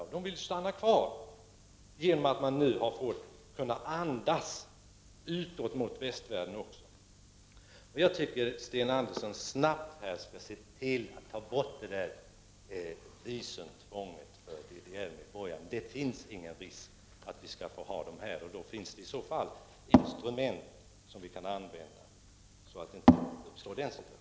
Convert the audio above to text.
DDR-medborgarna vill stanna kvar i Östtyskland efter att nu ha fått andas också utåt mot västvärlden. Jag anser att Sten Andersson snabbt bör se till att ta bort visumtvånget för DDR-medborgarna. Det finns ingen risk för att vi skall få ha dem kvar här. Och vi har instrument som vi kan använda så att den situationen inte uppstår.